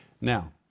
Now